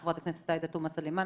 חברת הכנסת עאידה תומא סלימאן,